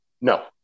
No